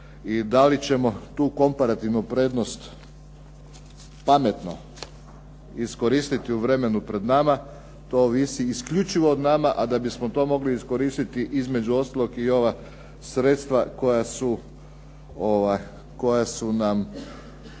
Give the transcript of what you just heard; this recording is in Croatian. I da li ćemo tu komparativnu prednost pametno iskoristiti u vremenu pred nama, to ovisi isključivo o nama. A da bismo to mogli iskoristiti između ostalog i ova sredstva koja su nam